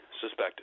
suspected